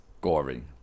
gory